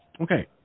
Okay